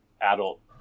adult